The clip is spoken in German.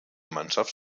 mannschaft